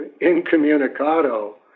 incommunicado